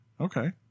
Okay